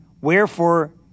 Wherefore